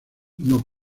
nos